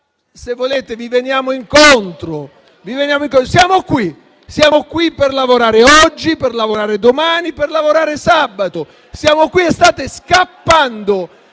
Se volete, vi veniamo incontro. Siamo qui per lavorare oggi, domani e sabato, ma state scappando,